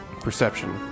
perception